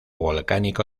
volcánico